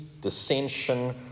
dissension